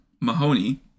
Mahoney